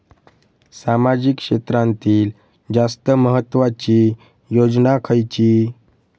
सामाजिक क्षेत्रांतील जास्त महत्त्वाची योजना खयची?